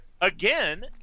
again